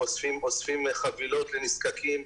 אוספים חבילות לנזקקים,